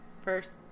first